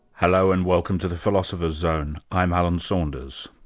hello, and welcome to the philosopher's zone. i'm alan saunders.